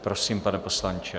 Prosím, pane poslanče.